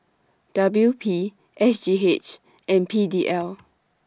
W P S G H and P D L